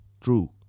true